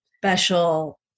special